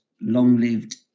long-lived